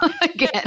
again